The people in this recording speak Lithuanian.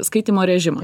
skaitymo režimą